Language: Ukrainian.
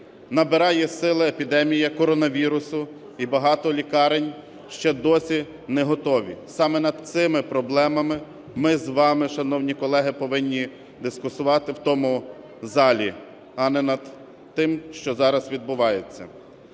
Набирає сили епідемія коронавірусу і багато лікарень ще досі не готові. Саме над цими проблемами ми з вами, шановні колеги, повинні дискутувати в тому залі, а не над тим, що зараз відбувається.